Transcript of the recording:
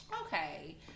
okay